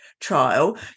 trial